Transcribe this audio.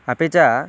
अपि च